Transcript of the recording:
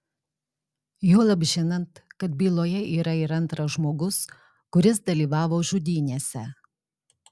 juolab žinant kad byloje yra ir antras žmogus kuris dalyvavo žudynėse